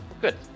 Good